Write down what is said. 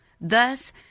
Thus